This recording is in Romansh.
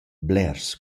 blers